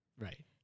right